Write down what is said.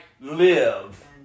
live